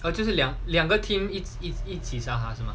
oh 就是两两个 team 一一一起杀他是吗